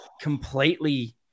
completely